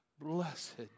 blessed